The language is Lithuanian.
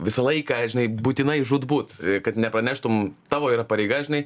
visą laiką žinai būtinai žūtbūt kad nepaneštum tavo yra pareiga žinai